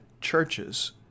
churches